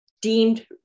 deemed